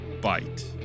bite